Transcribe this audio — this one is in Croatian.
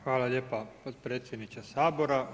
Hvala lijepa potpredsjedniče SAbora.